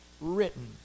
written